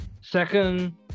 second